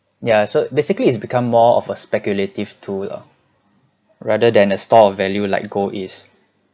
ya so basically is become more of a speculative tool ah rather than a store of value like gold is